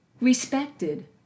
respected